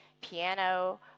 piano